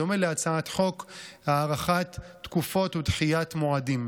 בדומה להצעת חוק הארכת תקופות ודחיית מועדים.